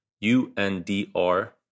U-N-D-R